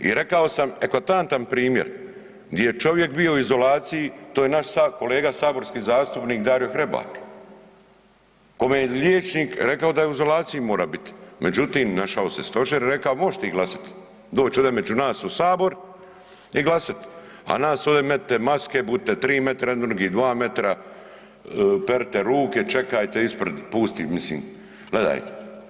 I rekao sam eklatantan primjer gdje je čovjek bio u izolaciji, to je naš kolega saborski zastupnik Dario Hrebak kome je liječnik rekao da u izolaciji mora biti, međutim našao se stožer, rekao „mo'š ti glasat“, doći ovdje među nas Sabor i glasat a nas ovdje metnite maske, budite 3 m jedni od drugih, 2 m, perite ruke, čekajte ispred pustih, mislim, gledajte.